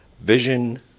Vision